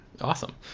Awesome